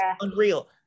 unreal